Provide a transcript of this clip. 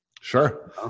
Sure